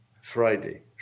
Friday